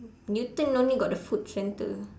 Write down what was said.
newton only got the food centre